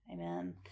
Amen